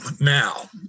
now